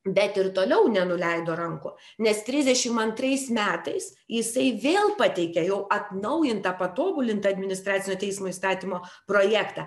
bet ir toliau nenuleido rankų nes trisdešim antrais metais jisai vėl pateikė jau atnaujintą patobulintą administracinio teismo įstatymo projektą